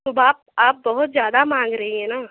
तोब आप आप बहुत ज्यादा मांग रही है न